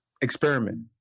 experiment